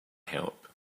help